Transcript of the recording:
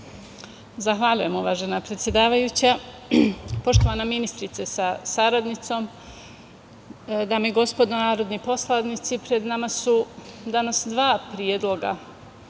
Zahvaljujem, uvažena predsedavajuća. Poštovana ministrice sa saradnicom, dame i gospodo narodni poslanici, pred nama su danas dva predloga